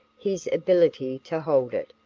his ability to hold it,